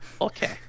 Okay